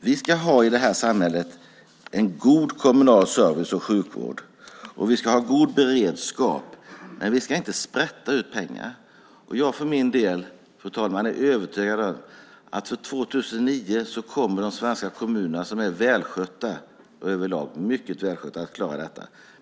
Vi ska i vårt samhälle ha en god kommunal service och sjukvård. Vi ska ha god beredskap, men vi ska inte sprätta ut pengar. Jag för min del, fru talman, är övertygad om att för 2009 kommer de svenska kommunerna, som överlag är mycket välskötta, att klara detta.